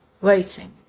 waiting